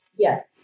Yes